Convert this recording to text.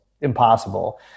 impossible